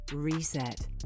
Reset